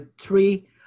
three